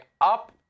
up